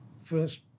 first